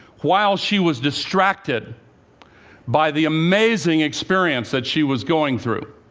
while she was distracted by the amazing experience that she was going through.